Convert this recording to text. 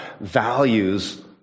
values